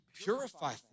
purify